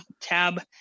tab